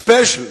ספיישל.